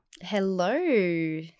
Hello